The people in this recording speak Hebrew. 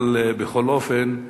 אבל בכל אופן,